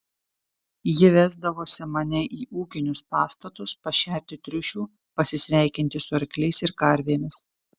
ji vesdavosi mane į ūkinius pastatus pašerti triušių pasisveikinti su arkliais ir karvėmis